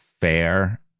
fair